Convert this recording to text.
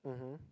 um hm